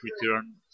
return